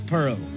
Pearl